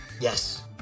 Yes